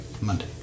Monday